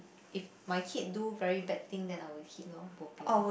if my kid do very bad thing then I will hit loh bobian